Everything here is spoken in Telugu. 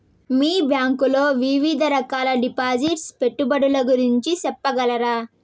మీ బ్యాంకు లో వివిధ రకాల డిపాసిట్స్, పెట్టుబడుల గురించి సెప్పగలరా?